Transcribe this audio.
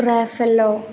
Raffaello